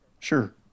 Sure